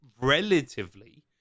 relatively